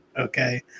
Okay